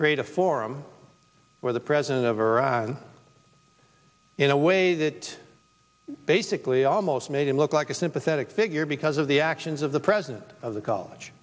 create a forum where the president over in a way that basically almost made it look like a sympathetic figure because of the actions of the president of the college